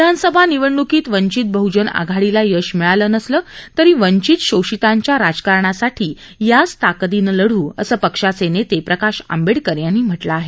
विधानसभा निवडण्कीत वंचित बहजन आघाडीला यश मिळालं नसलं तरी वंचित शोषितांच्या राजकारणासाठी याच ताकदीनं लढू असं पक्षाचे नेते प्रकाश आंबेडकर यांनी म्हटलं आहे